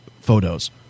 photos